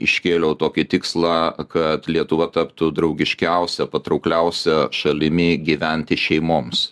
iškėliau tokį tikslą kad lietuva taptų draugiškiausia patraukliausia šalimi gyventi šeimoms